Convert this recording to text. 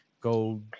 go